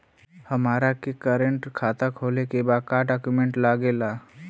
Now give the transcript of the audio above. हमारा के करेंट खाता खोले के बा का डॉक्यूमेंट लागेला?